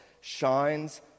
shines